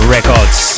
Records